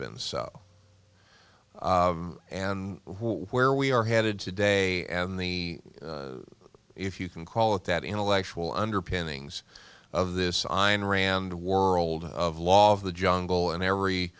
been so and where we are headed today in the if you can call it that intellectual underpinnings of this iron rand world of law of the jungle and every